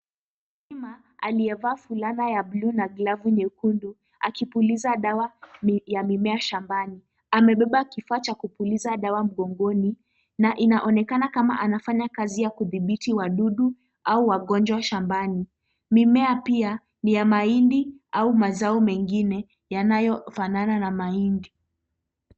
Mkulima aliyevaa fulana ya buluu na glavu nyekundu akipuliza dawa ya mimea shambani. Amebeba kifaa cha kupuliza dawa mgongoni na inaonekana kama anafanya kazi ya kudhibiti wadudu au wagonjwa shambani. Mimea pia ni ya mahindi au mazao mengine yanayofanana na mahindi.